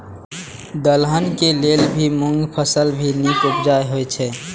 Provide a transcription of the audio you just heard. दलहन के लेल भी मूँग फसल भी नीक उपजाऊ होय ईय?